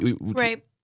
Right